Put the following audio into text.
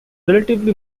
relatively